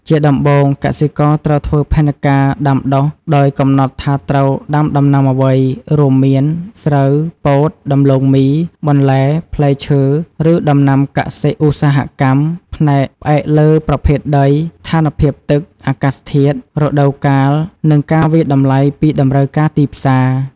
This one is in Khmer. ជាដំបូងកសិករត្រូវធ្វើផែនការដាំដុះ ដោយកំណត់ថាត្រូវដាំដំណាំអ្វី រួមមាន ស្រូវ ពោត ដំឡូងមី បន្លែ ផ្លែឈើ ឬដំណាំកសិឧស្សាហកម្ម ផ្អែកលើប្រភេទដី ស្ថានភាពទឹក អាកាសធាតុ រដូវកាល និងការវាយតម្លៃពីតម្រូវការទីផ្សារ។